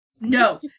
No